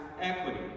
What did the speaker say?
equity